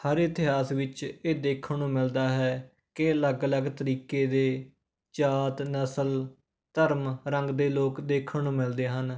ਹਰ ਇਤਿਹਾਸ ਵਿੱਚ ਇਹ ਦੇਖਣ ਨੂੰ ਮਿਲਦਾ ਹੈ ਕਿ ਅਲੱਗ ਅਲੱਗ ਤਰੀਕੇ ਦੇ ਜਾਤ ਨਸਲ ਧਰਮ ਰੰਗ ਦੇ ਲੋਕ ਦੇਖਣ ਨੂੰ ਮਿਲਦੇ ਹਨ